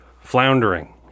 floundering